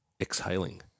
exhaling